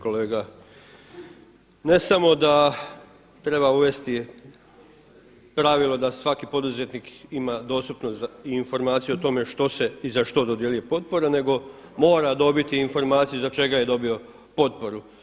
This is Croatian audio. Kolega ne samo da treba uvesti pravilo da svaki poduzetnik ima dostupnost za informaciju o tome što se i za što dodjeljuje potpora nego mora dobiti informaciju za čega je dobio potporu.